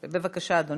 בבקשה, אדוני,